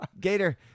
Gator